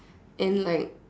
and like